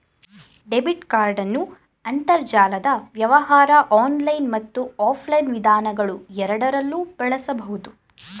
debit ಕಾರ್ಡನ್ನು ಅಂತರ್ಜಾಲದ ವ್ಯವಹಾರ ಆನ್ಲೈನ್ ಮತ್ತು ಆಫ್ಲೈನ್ ವಿಧಾನಗಳುಎರಡರಲ್ಲೂ ಬಳಸಬಹುದು